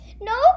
No